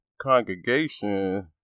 congregation